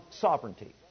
sovereignty